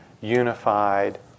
unified